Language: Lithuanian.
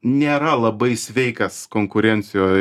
nėra labai sveikas konkurencijoj